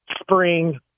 spring